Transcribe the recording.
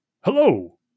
hello